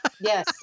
Yes